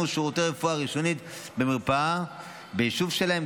שירותי רפואה ראשונית במרפאה ביישוב שלהם,